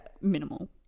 minimal